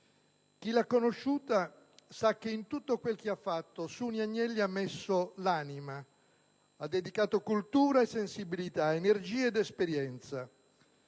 Chi l'ha conosciuta sa che in tutto quel che ha fatto Suni Agnelli ha messo l'anima, ha dedicato cultura e sensibilità, energie ed esperienza.